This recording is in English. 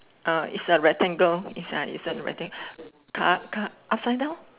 uh it's a rectangle inside it's a rectangle car car upside down